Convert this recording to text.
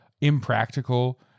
impractical